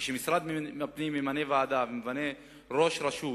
כשמשרד הפנים ממנה ועדה וממנה ראש רשות,